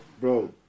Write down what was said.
bro